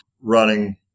running